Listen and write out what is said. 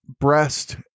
breast